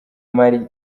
mali